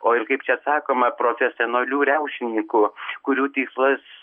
o ir kaip čia sakoma profesionalių riaušininkų kurių tikslas